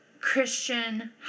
Christian